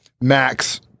Max